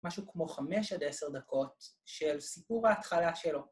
משהו כמו חמש עד עשר דקות של סיפור ההתחלה שלו.